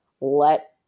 let